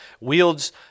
wields